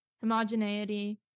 Homogeneity